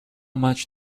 much